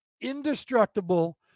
indestructible